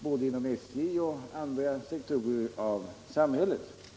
både inom SJ och inom andra sektorer av samhället.